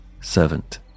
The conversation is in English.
servant